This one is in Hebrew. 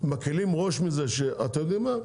יודעים מה?